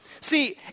See